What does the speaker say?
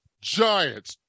Giants